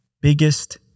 biggest